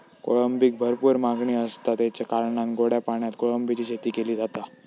कोळंबीक भरपूर मागणी आसता, तेच्या कारणान गोड्या पाण्यात कोळंबीची शेती केली जाता